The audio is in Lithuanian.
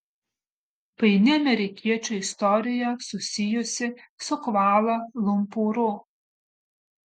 paini amerikiečio istorija susijusi su kvala lumpūru